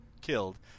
killed